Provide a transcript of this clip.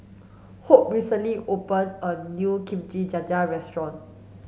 Hope recently opened a new Kimchi Jjigae restaurant